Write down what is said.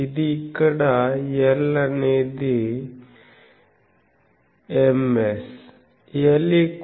ఇది ఇక్కడ L అనేది M s